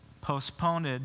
postponed